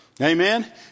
Amen